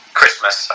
Christmas